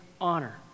honor